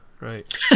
right